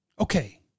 Okay